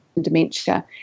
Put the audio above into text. dementia